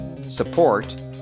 support